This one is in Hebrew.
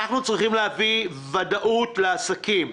אנחנו צריכים להביא ודאות לעסקים.